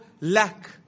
lack